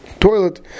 toilet